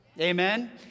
Amen